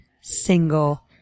single